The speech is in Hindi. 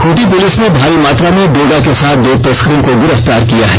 खूंटी पुलिस ने भारी मात्रा में डोडा के साथ दो तस्करों को गिरफ्तार किया है